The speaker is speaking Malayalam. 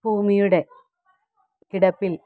ഭൂമിയുടെ കിടപ്പിൽ